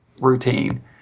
Routine